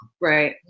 Right